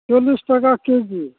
ᱪᱚᱞᱞᱤᱥ ᱴᱟᱠᱟ ᱠᱮᱡᱤ